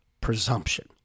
presumption